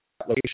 location